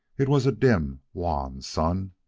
it was a dim, wan sun.